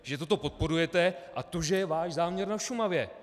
Že toto podporujete a to že je váš záměr na Šumavě.